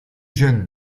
jeune